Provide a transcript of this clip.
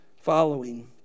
following